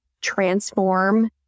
transform